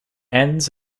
ends